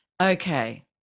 Okay